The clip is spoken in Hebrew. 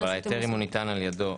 ההיתר, אם ניתן על ידו.